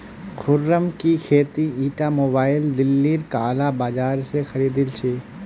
खुर्रम की ती ईटा मोबाइल दिल्लीर काला बाजार स खरीदिल छि